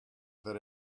that